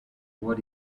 what